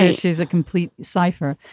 ah she's a complete cipher.